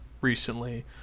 recently